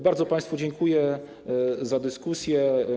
Bardzo państwu dziękuję za dyskusję.